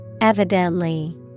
Evidently